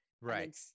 Right